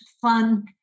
fun